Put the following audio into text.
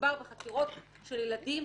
כשמדובר בחקירות של ילדים,